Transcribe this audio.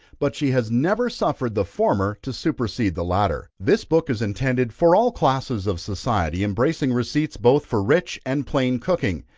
but she has never suffered the former to supersede the latter. this book is intended for all classes of society, embracing receipts both for rich and plain cooking,